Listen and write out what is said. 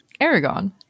Aragon